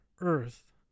earth